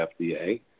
FDA